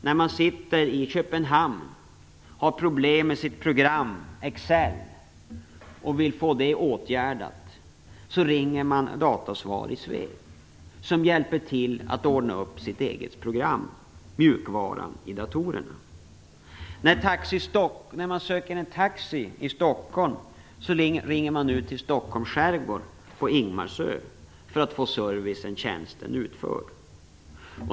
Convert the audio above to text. När man sitter i Köpenhamn och har ett problem med sitt program Excel som man vill få åtgärdat, ringer man Datasvar i Sveg som hjälper till att ordna upp sitt eget program, mjukvaran i datorerna. När man söker en taxi i Stockholm ringer man nu till Stockholms skärgård, till Ingmarsö, för att få tjänsten utförd.